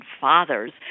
fathers